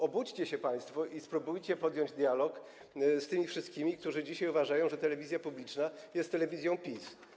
Obudźcie się państwo i spróbujcie podjąć dialog z tymi wszystkimi, którzy dzisiaj uważają, że telewizja publiczna jest telewizją PiS.